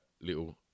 little